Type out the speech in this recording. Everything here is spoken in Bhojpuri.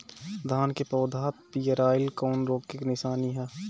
धान के पौधा पियराईल कौन रोग के निशानि ह?